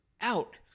out-